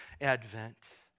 advent